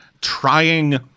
trying